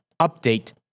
update